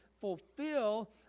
fulfill